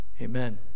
Amen